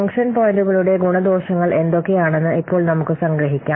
function പോയിന്റുകളുടെ ഗുണദോഷങ്ങൾ എന്തൊക്കെയാണെന്ന് ഇപ്പോൾ നമുക്ക് സംഗ്രഹിക്കാം